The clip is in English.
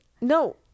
no